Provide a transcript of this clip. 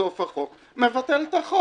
יש סעיף בסוף החוק שמבטל את החוק.